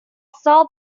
salt